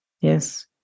Yes